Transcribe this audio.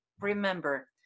remember